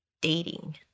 dating